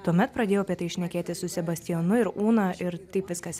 tuomet pradėjau apie tai šnekėtis su sebastijonu ir una ir taip viskas